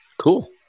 cool